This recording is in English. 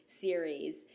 series